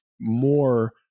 more